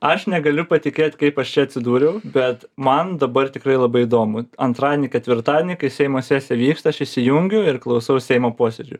aš negaliu patikėt kaip aš čia atsidūriau bet man dabar tikrai labai įdomu antradienį ketvirtadienį kai seimo sesija vyksta aš įsijungiu ir klausau seimo posėdžių